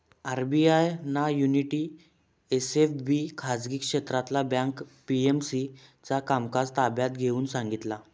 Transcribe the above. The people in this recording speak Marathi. आर.बी.आय ना युनिटी एस.एफ.बी खाजगी क्षेत्रातला बँक पी.एम.सी चा कामकाज ताब्यात घेऊन सांगितला